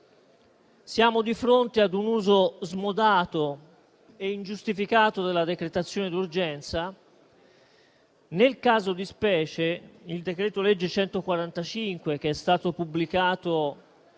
Siamo di fronte ad un uso smodato e ingiustificato della decretazione d'urgenza. Nel caso di specie, il decreto-legge n. 145, che è stato pubblicato